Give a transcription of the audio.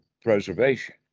preservation